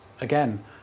again